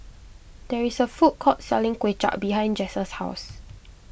there is a food court selling Kuay Chap behind Jess' house